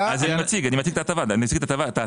מציג את ההטבה,